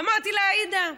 אמרתי לה: עאידה,